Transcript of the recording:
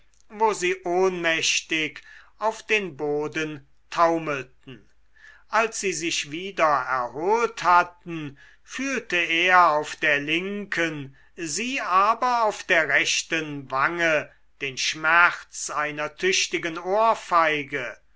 wo sie ohnmächtig auf den boden taumelten als sie sich wieder erholt hatten fühlte er auf der linken sie aber auf der rechten wange den schmerz einer tüchtigen ohrfeige